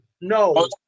no